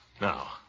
Now